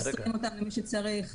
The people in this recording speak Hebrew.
מוסרים אותם למי שצריך,